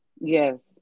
Yes